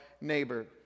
neighbor